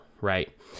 right